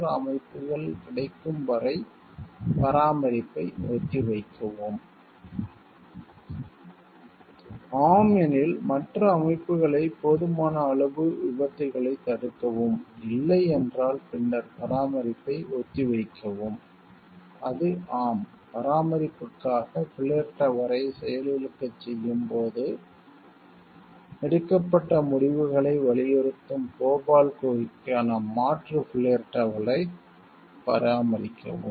மற்ற அமைப்புகள் கிடைக்கும் வரை பராமரிப்பை ஒத்திவைக்கவும் ஆம் எனில் மற்ற அமைப்புகளை போதுமான அளவு விபத்துகளைத் தடுக்கவும் இல்லை என்றால் பின்னர் பராமரிப்பை ஒத்திவைக்கவும் அது ஆம் பராமரிப்புக்காக ஃப்ளேர் டவரை செயலிழக்கச் செய்யும் போது எடுக்கப்பட்ட முடிவுகளை வலியுறுத்தும் போபால் குகைக்கான மாற்று ஃப்ளேர் டவரை பராமரிக்கவும்